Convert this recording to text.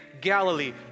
Galilee